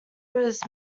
was